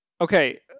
Okay